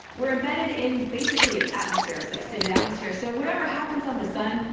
we're embedded in basically its atmosphere, its extended atmosphere. so whatever happens on the sun,